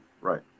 right